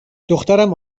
دخترم